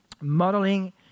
Modeling